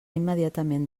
immediatament